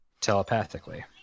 Telepathically